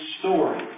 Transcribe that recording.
story